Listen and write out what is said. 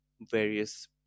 various